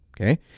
Okay